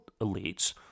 elites